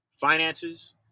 finances